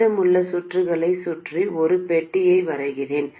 மீதமுள்ள சுற்றுகளை சுற்றி ஒரு பெட்டியை வரைகிறேன்